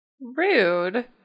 rude